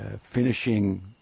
finishing